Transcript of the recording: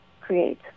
create